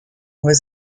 was